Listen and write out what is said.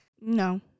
No